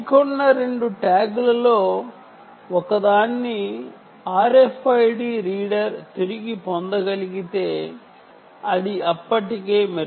ఢీకొన్న 2 ట్యాగ్లలో ఒకదాన్ని RFID reader తిరిగి పొందగలిగితే అది మెరుగుదల అని చెప్పవచ్చు